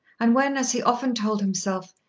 and when, as he often told himself,